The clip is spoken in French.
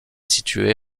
située